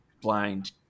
blind